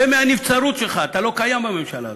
צא מהנבצרות שלך, אתה לא קיים בממשלה הזו,